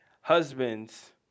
husband's